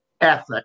ethic